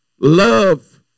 love